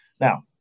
Now